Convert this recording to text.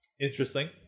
Interesting